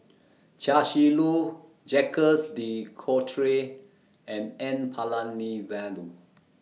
Chia Shi Lu Jacques De Coutre and N Palanivelu